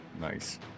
Nice